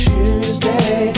Tuesday